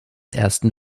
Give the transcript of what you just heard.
ersten